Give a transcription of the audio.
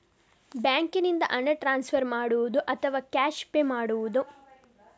ಬ್ಯಾಂಕಿನಿಂದ ಹಣ ಟ್ರಾನ್ಸ್ಫರ್ ಮಾಡುವುದ ಅಥವಾ ಕ್ಯಾಶ್ ಪೇ ಮಾಡುವುದು?